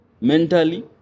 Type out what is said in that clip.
mentally